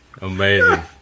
Amazing